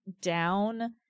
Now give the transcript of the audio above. down